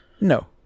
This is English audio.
no